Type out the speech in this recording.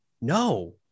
no